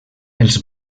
els